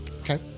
Okay